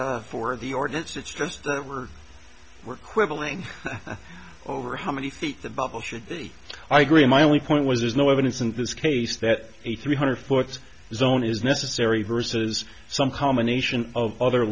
for the ordinance it's just that we're we're quibbling over how many feet the bubble should be i agree my only point was there's no evidence in this case that a three hundred foot zone is necessary versus some combination of other